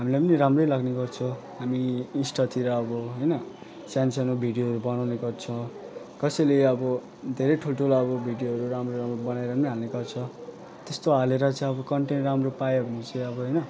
हामीलाई पनि राम्रै लाग्ने गर्छ हामी इन्स्टातिर अब होइन सानो सानो भिडियोहरू बनाउने गर्छ कसैले अब धेरै ठुल्ठुलो अब भिडियोहरू राम्रो राम्रो बनाएर पनि हाल्ने गर्छ त्यस्तो हालेर चाहिँ अब कन्टेन्ट राम्रो पायो भने चाहिँ अब होइन